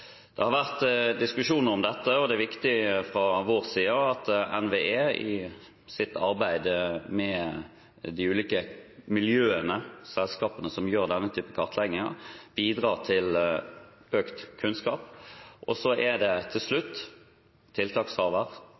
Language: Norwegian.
Det har vært diskusjon om dette, og det er viktig fra vår side at NVE i sitt arbeid med de ulike miljøene, selskapene som gjør denne type kartlegginger, bidrar til økt kunnskap. Så er det til slutt